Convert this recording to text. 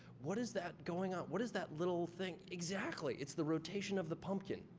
what is that going up? what is that little thing? exactly. it's the rotation of the pumpkin.